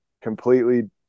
completely